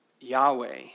Yahweh